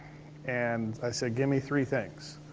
and i said, give me three things.